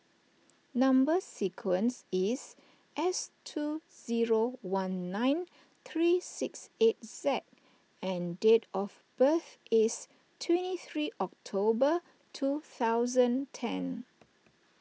Number Sequence is S two zero one nine three six eight Z and date of birth is twenty three October two thousand ten